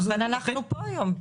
אבל אנחנו פה היום.